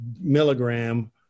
milligram